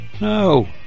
No